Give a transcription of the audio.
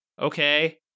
okay